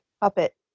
Puppet